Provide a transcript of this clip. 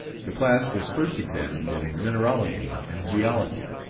the class was first examined in mineralogy and geology.